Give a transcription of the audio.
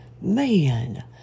Man